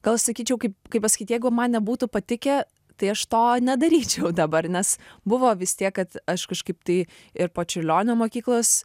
gal sakyčiau kaip kaip pasakyt jeigu man nebūtų patikę tai aš to nedaryčiau dabar nes buvo vis tiek kad aš kažkaip tai ir po čiurlionio mokyklos